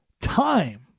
time